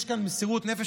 יש כאן מסירות נפש,